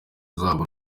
zabo